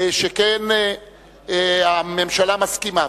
שכן הממשלה מסכימה.